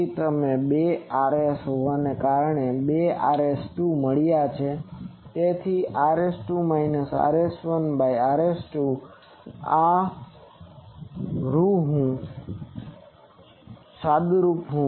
તેથી મને બે Rs હોવાને કારણે બે Rs2 મળ્યાં છે તેથી Rs2 minus Rs1 by Rs2 આ રૂ